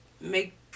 make